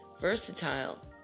versatile